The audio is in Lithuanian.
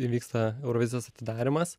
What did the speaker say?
įvyksta eurovizijos atidarymas